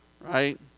Right